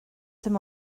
dim